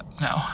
no